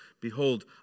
Behold